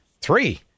three